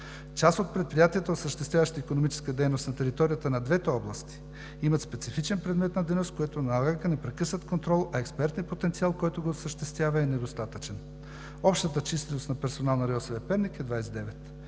Част от предприятията, осъществяващи икономическа дейност на територията на двете области, имат специфичен предмет на дейност, което налага непрекъснат контрол, а експертният потенциал, който го осъществява, е недостатъчен. Общата численост на персонала на РИОСВ – Перник, е 29.